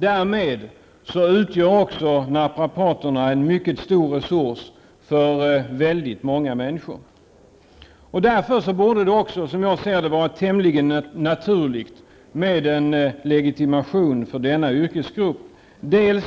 Därmed utgör naprapaterna en mycket stor resurs för väldigt många människor, och det borde därför också vara tämligen naturligt med en legitimation för denna yrkesgrupp. Det